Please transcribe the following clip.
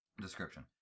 Description